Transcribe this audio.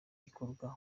gikorwa